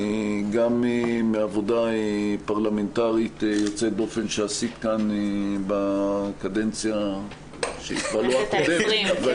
גם מעבודה פרלמנטרית יוצאת דופן שעשית כאן בקדנציה שהיא כבר לא הקודמת,